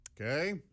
Okay